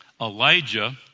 Elijah